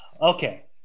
Okay